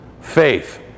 faith